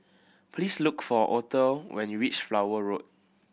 please look for Othel when you reach Flower Road